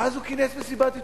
ואז הוא כינס מסיבת עיתונאים.